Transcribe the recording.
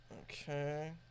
Okay